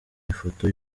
ifoto